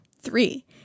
Three